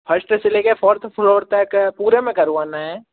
first से ले के फ़ोर्थ फ्लोर तक पूरे में करवाना है